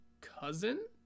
cousin